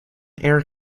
air